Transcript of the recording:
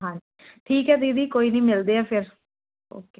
ਹਾਂ ਠੀਕ ਹੈ ਦੀਦੀ ਕੋਈ ਨਹੀਂ ਮਿਲਦੇ ਹਾਂ ਫਿਰ ਓਕੇ